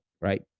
right